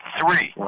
Three